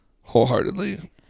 wholeheartedly